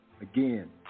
Again